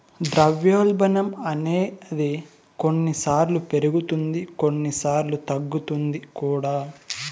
ద్రవ్యోల్బణం అనేది కొన్నిసార్లు పెరుగుతుంది కొన్నిసార్లు తగ్గుతుంది కూడా